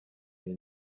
izi